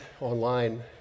online